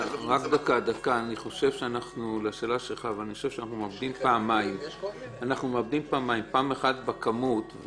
אני חושב שאנחנו מאבדים פעמיים: פעם אחת בכמות,